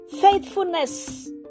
Faithfulness